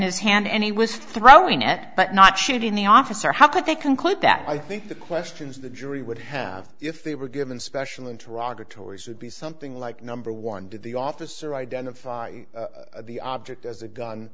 his hand and he was throwing it but not shooting the officer how could they conclude that i think the questions the jury would have if they were given special interoperate tories would be something like number one did the officer identify the object as a gun